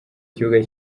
kibuga